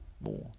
more